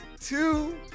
two